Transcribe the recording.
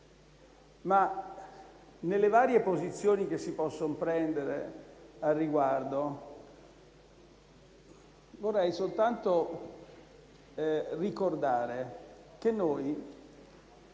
nelle varie posizioni che si possono prendere al riguardo, vorrei soltanto ricordare che noi